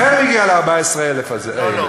לכן הגיע ל-14,000 האלה.